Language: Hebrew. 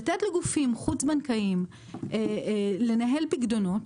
לתת לגופים חוץ-בנקאיים לנהל פיקדונות,